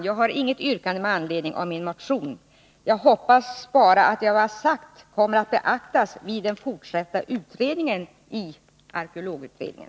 Jag har inget yrkande med anledning av min motion. Jag hoppas bara att det jag har sagt kommer att beaktas vid det fortsatta arbetet i arkeologutredningen.